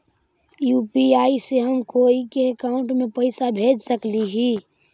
UPI से हम कोई के अकाउंट में पैसा भेज सकली ही?